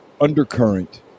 undercurrent